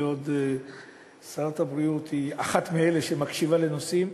ועוד ששרת הבריאות היא אחת מאלה שמקשיבים לנושאים.